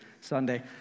Sunday